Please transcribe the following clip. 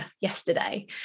yesterday